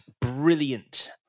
brilliant